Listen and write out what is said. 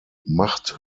macht